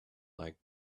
like